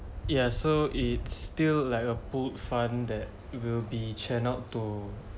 ya so it's still like a pooled fund that will be channelled to